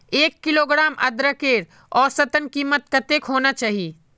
एक किलोग्राम अदरकेर औसतन कीमत कतेक होना चही?